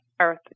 earth